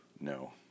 no